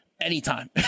Anytime